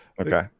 Okay